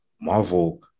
Marvel